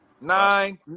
Nine